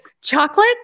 chocolate